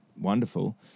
wonderful